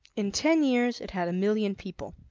in ten years it had a million people,